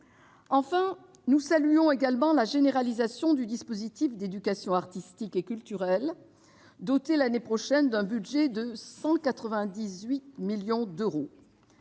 Enfin, nous saluons également la généralisation du dispositif d'éducation artistique et culturelle, doté l'an prochain d'un budget de 198 millions d'euros.